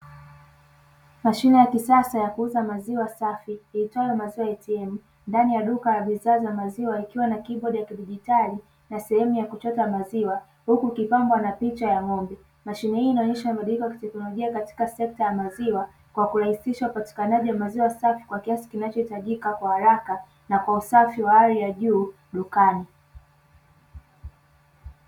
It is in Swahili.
Mashine ya kisasa ya kuuza maziwa safi iitwayo "Maziwa ATM" ndani ya duka la bidhaa za maziwa ikiwa na kibodi ya kidijitali na sehemu ya kuchota maziwa huku ikipambwa na picha ya ng’ombe. Mashine hii inaonyesha mabadiliko ya kiteknolojia katika sekta ya maziwa kwa kurahisisha upatikanaji wa maziwa safi kwa kiasi kinachohitajika kwa haraka na kwa usafi wa hali ya juu dukani.